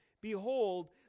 behold